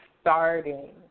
starting